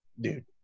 dude